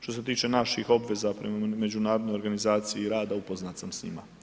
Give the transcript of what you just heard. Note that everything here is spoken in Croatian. Što se tiče naših obveza prema Međunarodnoj organizaciji rada upoznat sam s njima.